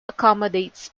accommodates